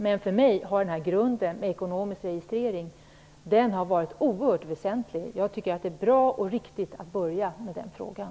Men för mig har grunden här, den ekonomiska registreringen, varit oerhört väsentlig. Jag tycker att det är bra och riktigt att börja med den frågan.